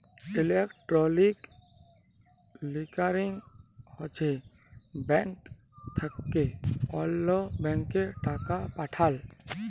electronic clearing হছে bank থ্যাকে অল্য ব্যাংকে টাকা পাঠাল